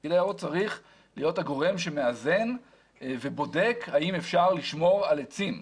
פקיד היערות צריך להיות הגורם שמאזן ובודק האם אפשר לשמור על עצים.